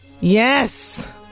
yes